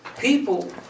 people